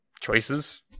choices